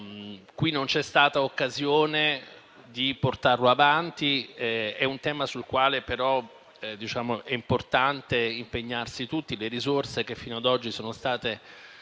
Qui non c'è stata occasione di portarlo avanti, ma è un tema sul quale diciamo è importante impegnarsi tutti. Le risorse che fino ad oggi sono state